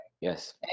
Yes